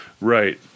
Right